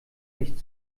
nicht